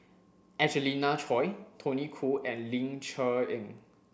Angelina Choy Tony Khoo and Ling Cher Eng